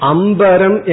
Ambaram